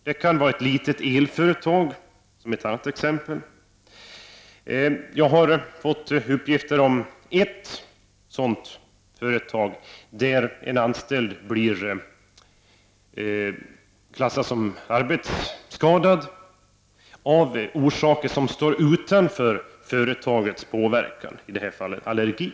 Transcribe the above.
Det kan vara fråga om ett litet elföretag. Jag har fått uppgifter om ett sådant företag där en anställd har blivit klassad som arbetsskadad. Skadan kom sig av orsaker som stod utanför företagets påverkan, det var nämligen här fråga om en allergi.